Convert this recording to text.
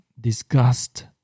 disgust